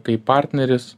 kaip partneris